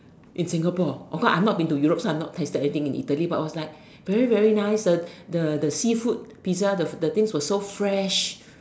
in Singapore of course I've not been to Europe so I've not tasted anything in Italy but it was like very very nice the the the seafood pizza the things were so fresh